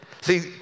See